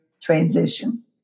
transition